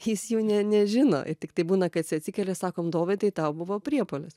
jis jų ne nežino i tiktai būna kad isai atsikelia sakom dovydai tau buvo priepuolis